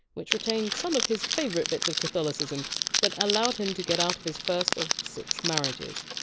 which retained some of his favourite bits of catholicism but allowed him to get out of his first of six marriages.